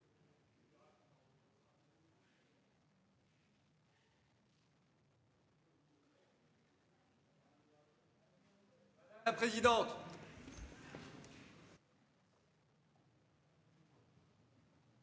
Madame la présidente,